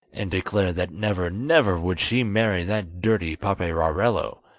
and declared that never, never would she marry that dirty paperarello!